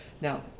Now